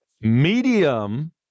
medium